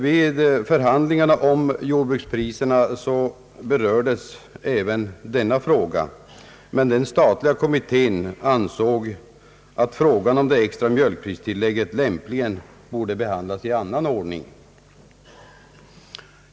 Vid förhandlingarna om jordbrukspriserna berördes även denna fråga, men den statliga kommittén ansåg att frågan om det extra mjölkpristillägget lämpligen borde behandlas i annan ordning.